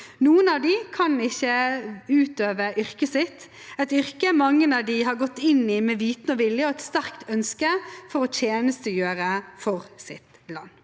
Noen av dem kan ikke utøve yrket sitt – et yrke mange av dem har gått inn i med viten og vilje, og med et sterkt ønske om for å tjenestegjøre for sitt land.